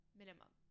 minimum